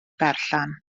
berllan